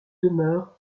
demeure